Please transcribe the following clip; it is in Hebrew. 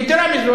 יתירה מזו,